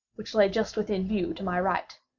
which lay just within view to my right.